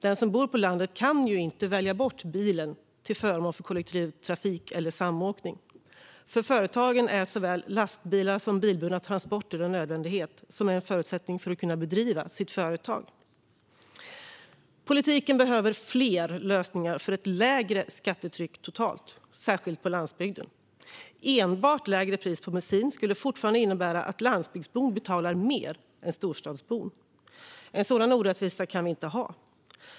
Den som bor på landet kan ju inte välja bort bilen till förmån för kollektivtrafik eller samåkning. För företagen är såväl lastbilar som bilburna transporter en nödvändighet och en förutsättning för att de ska kunna bedriva sin verksamhet. Politiken behöver fler lösningar för ett lägre skattetryck totalt, särskilt på landsbygden. Enbart lägre pris på bensin skulle fortfarande innebära att landsbygdsbon betalar mer än storstadsbon. En sådan orättvisa kan vi inte ha.